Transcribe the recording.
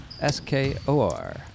S-K-O-R